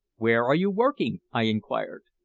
where are you working? i inquired.